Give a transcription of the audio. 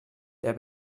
der